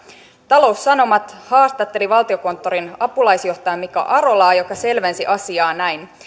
taloussanomat haastatteli valtiokonttorin apulaisjohtaja mika arolaa joka selvensi asiaa näin